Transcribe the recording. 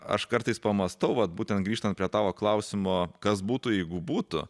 aš kartais pamąstau vat būtent grįžtant prie tavo klausimo kas būtų jeigu būtų